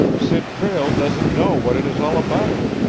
sid prale doesn't know what it is all about!